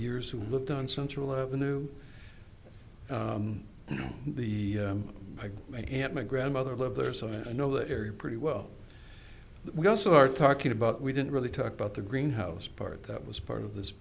years who looked on central avenue the i get my grandmother live there so i know the area pretty well we also are talking about we didn't really talk about the greenhouse part that was part of this